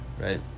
right